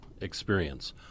experience